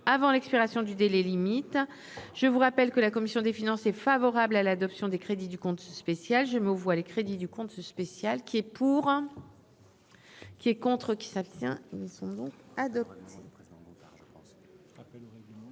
avant l'expiration du délai limite je vous rappelle que la commission des finances, est favorable à l'adoption des crédits du compte spécial, je me vois les crédits du compte ce spécial qui est pour. Qui est contre qui ça devient ils sont bons, accord.